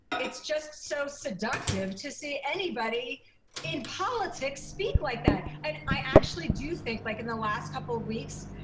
it's just so seductive to see anybody in politics speak like that. and i actually do think, like, in the last couple weeks,